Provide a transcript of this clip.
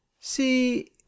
see